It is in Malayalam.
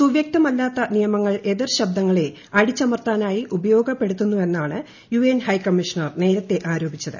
സുവൃക്തമല്ലാത്ത നിയമങ്ങൾഎതിർശബ്ദങ്ങളെ അടിച്ചമർത്താനായി ഉപയോഗപ്പെടുത്തുന്നുവെന്നാണ് യുഎൻ ഹൈകമ്മീഷണർ ആരോപിച്ചത്